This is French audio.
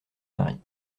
mari